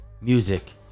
music